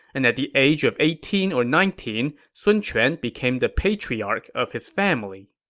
and at the age of eighteen or nineteen, sun quan became the patriarch of his family.